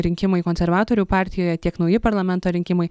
rinkimai konservatorių partijoje tiek nauji parlamento rinkimai